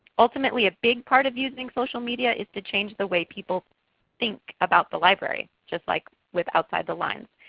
ultimately, a big part of using social media is to change the way people think about the library just like with outside the lines.